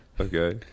okay